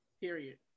Period